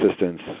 assistance